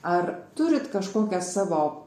ar turit kažkokias savo